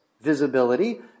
visibility